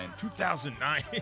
2009